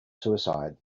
suicide